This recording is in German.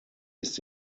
ist